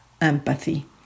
empathy